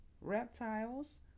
reptiles